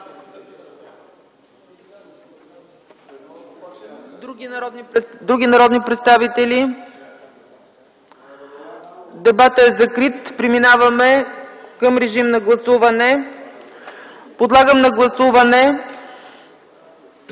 Други народни представители? Дебатът е закрит. Преминаваме към режим на гласуване. Подлагам на гласуване